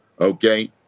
Okay